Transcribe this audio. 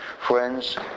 friends